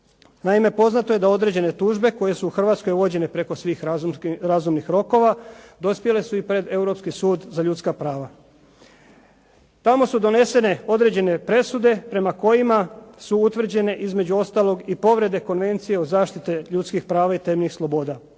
Naime, poznato je da određene tužbe koje su u Hrvatskoj uvođene preko svih razumnih rokova dospjele su i pred Europski sud za ljudska prava. Tamo su donesene određene presude prema kojima su utvrđene između ostalog i povrede Konvencije o zaštiti ljudskih prava i temeljnih sloboda